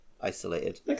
Isolated